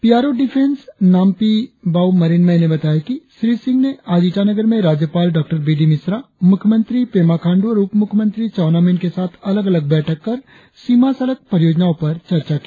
P R O defence ने बताया कि नामपी बाओ मरिनमै ने बताया कि श्री सिंह ने आज ईटानगर में राज्यपाल डॉ बी डी मिश्रा मुख्यमंत्री पेमा खांडू और उप मुख्यमंत्री चाउना मैन के साथ अलग अलग बैठक कर सीमा सड़क परियोजनाओं पर चर्चा की